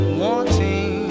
wanting